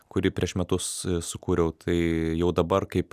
kurį prieš metus sukūriau tai jau dabar kaip